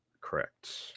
Correct